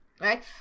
Right